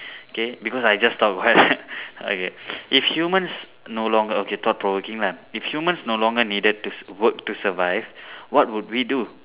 K because I just thought of one okay if humans no longer okay thought provoking lah if humans no longer needed to s~ work to survive what would we do